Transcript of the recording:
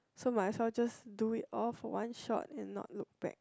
so myself just do it all for one shot and not look back